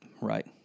Right